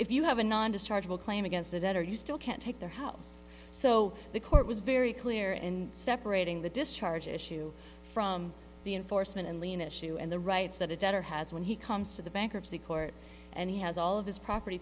if you have a non dischargeable claim against a debtor you still can't take the house so the court was very clear in separating the discharge issue from the enforcement and lien issue and the rights of the debtor has when he comes to the bankruptcy court and he has all of his property